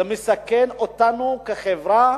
זה מסכן אותנו כחברה,